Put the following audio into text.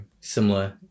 similar